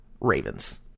Ravens